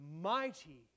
mighty